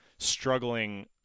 struggling